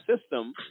system